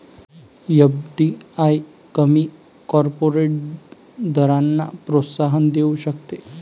FDI कमी corporate दरांना प्रोत्साहन देऊ शकते